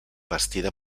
vestida